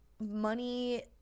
money